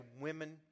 women